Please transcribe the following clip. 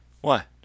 What